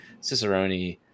Cicerone